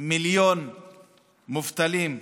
מיליון מובטלים.